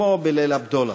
כמו ב"ליל הבדולח".